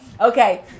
okay